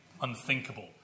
unthinkable